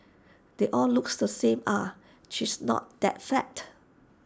they all look the same ah she's not that fat